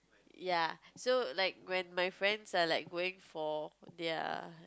ya so like when my friends are like going for ya